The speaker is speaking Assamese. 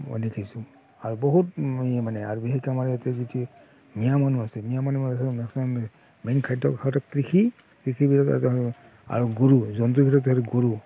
মই দেখিছোঁ আৰু বহুত ই মানে আৰু বিশেষকৈ আমাৰ ইয়াতে যিটো মিঞা মানুহ আছে মিঞা মানুহ আছে মেক্সিমাম সিহঁতৰ মানে মেইন খাদ্য হৈছে কৃষি কৃষি বুলি ক'লে তেওঁলোকে আৰু গৰু জন্তুৰ ভিতৰত তেওঁলোকৰ গৰু